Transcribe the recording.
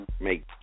Make